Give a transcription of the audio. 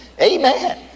Amen